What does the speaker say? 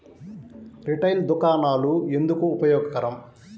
Retail దుకాణాలు ఎందుకు ఉపయోగకరం?